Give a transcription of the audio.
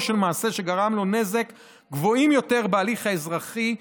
של מעשה שגרם לו נזק גבוהים יותר בהליך האזרחי,